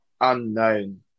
unknown